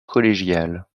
collégial